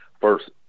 First